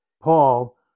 Paul